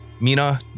Mina